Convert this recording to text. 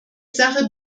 sache